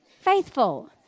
faithful